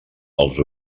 els